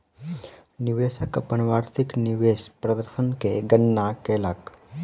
निवेशक अपन वार्षिक निवेश प्रदर्शन के गणना कयलक